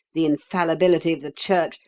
the infallibility of the church,